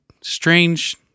Strange